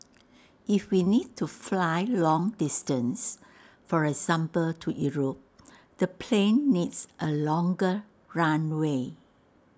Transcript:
if we need to fly long distance for example to Europe the plane needs A longer runway